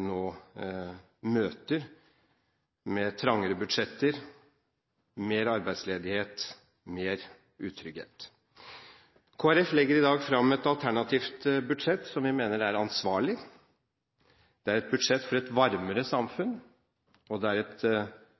nå møter, med trangere budsjetter, mer arbeidsledighet og mer utrygghet. Kristelig Folkeparti legger i dag fram et alternativt budsjett som vi mener er ansvarlig. Det er et budsjett for et varmere samfunn, og det er et